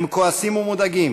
הם כועסים ומודאגים